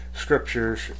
scriptures